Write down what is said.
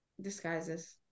disguises